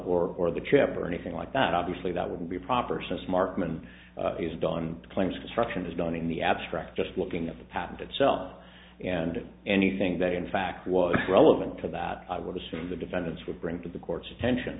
the trip or anything like that obviously that wouldn't be proper since markman is done claims construction is done in the abstract just looking at the patent itself and anything that in fact was relevant to that i would assume the defendants would bring to the court's attention